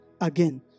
again